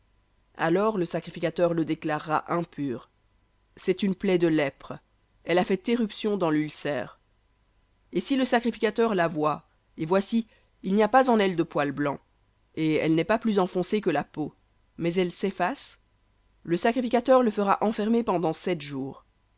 alors le sacrificateur le déclarera impur c'est une plaie de lèpre elle a fait éruption dans lulcère et si le sacrificateur la voit et voici il n'y a pas en elle de poil blanc et elle n'est pas plus enfoncée que la peau mais elle s'efface le sacrificateur le fera enfermer pendant sept jours